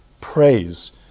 Praise